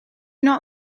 not